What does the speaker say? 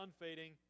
unfading